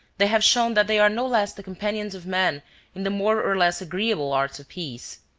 they have shown that they are no less the companions of man in the more or less agreeable arts of peace.